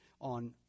on